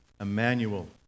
Emmanuel